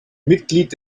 mitglied